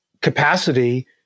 capacity